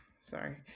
Sorry